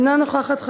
אינה נוכחת,